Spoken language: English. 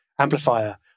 Amplifier